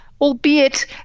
albeit